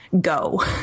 go